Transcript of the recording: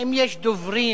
האם יש דוברים